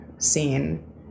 scene